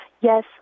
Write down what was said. Yes